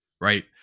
right